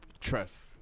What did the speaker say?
trust